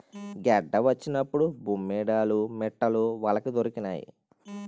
గెడ్డ వచ్చినప్పుడు బొమ్మేడాలు మిట్టలు వలకి దొరికినాయి